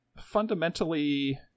fundamentally